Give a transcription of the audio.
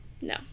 No